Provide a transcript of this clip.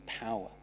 power